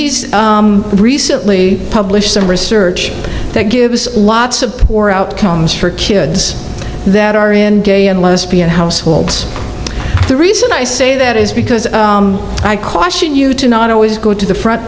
he's recently published some research that gives lots of or outcomes for kid that are in gay and lesbian households the reason i say that is because i caution you to not always go to the front